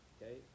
Okay